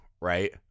right